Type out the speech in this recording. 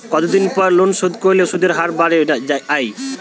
কতদিন পর লোন শোধ করলে সুদের হার বাড়ে য়ায়?